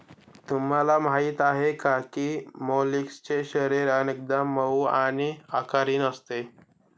तुम्हाला माहीत आहे का की मोलस्कचे शरीर अनेकदा मऊ आणि आकारहीन असते